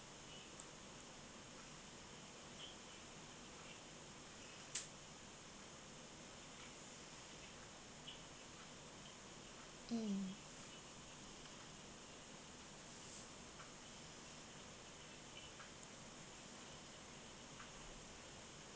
mm